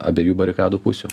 abiejų barikadų pusių